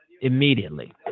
immediately